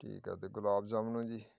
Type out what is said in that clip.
ਠੀਕ ਆ ਅਤੇ ਗੁਲਾਬ ਜਾਮਣਾਂ ਜੀ